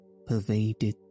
pervaded